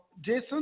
Jason